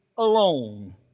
alone